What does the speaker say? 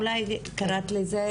אולי קראת לזה,